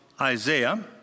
Isaiah